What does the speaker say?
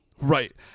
Right